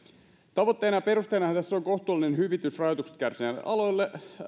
tavoitteena ja perusteenahan tässä on kohtuullinen hyvitys rajoituksista kärsineelle alalle